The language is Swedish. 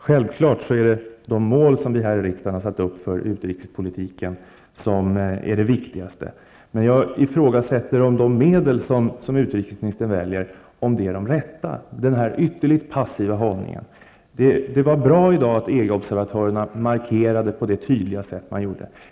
Fru talman! Självfallet är de mål som vi här i riksdagen har satt upp för utrikespolitiken viktigast. Men jag ifrågasätter om de medel som utrikesministern väljer är de rätta. Det är en ytterligt passiv hållning. Det var bra att EG observatörerna markerade på det tydliga sätt som de gjorde.